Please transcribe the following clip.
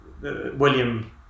William